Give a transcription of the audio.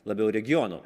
labiau regiono